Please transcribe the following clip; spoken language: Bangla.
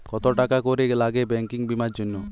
কত টাকা করে লাগে ব্যাঙ্কিং বিমার জন্য?